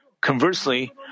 Conversely